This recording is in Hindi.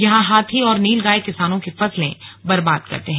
यहां हाथी और नीलगाय किसानों की फसलें बर्बाद करते हैं